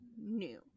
new